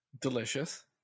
Delicious